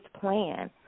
plan